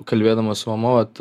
kalbėdamas su mama vat